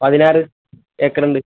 പതിനാറ് ഏക്കർ ഉണ്ട്